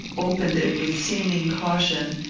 opened it with seeming caution,